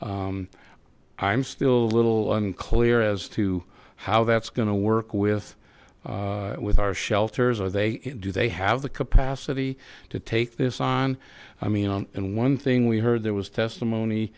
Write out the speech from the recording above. i'm still a little unclear as to how that's going to work with with our shelters are they do they have the capacity to take this on i mean and one thing we heard there was testimony